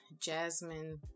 Jasmine